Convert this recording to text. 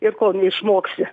ir kol neišmoksi